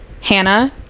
hannah